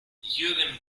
jürgen